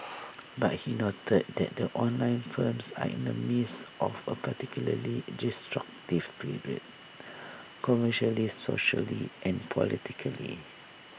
but he noted that the online firms are in the midst of A particularly disruptive period commercially socially and politically